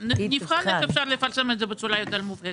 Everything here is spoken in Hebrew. נבחן איך אפשר לפרסם את זה בצורה יותר מובהקת,